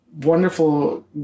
wonderful